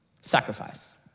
sacrifice